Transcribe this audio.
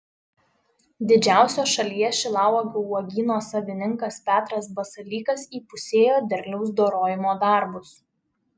didžiausio šalyje šilauogių uogyno savininkas petras basalykas įpusėjo derliaus dorojimo darbus